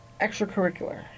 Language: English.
extracurricular